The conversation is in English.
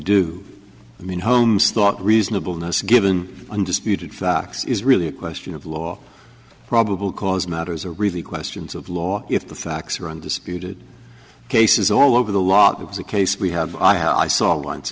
i mean holmes thought reasonable not given undisputed facts is really a question of law probable cause matters are really questions of law if the facts are on disputed cases all over the lot of the case we have i saw once